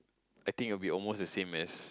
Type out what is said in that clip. I think almost a bit the same as